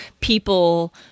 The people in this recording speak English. people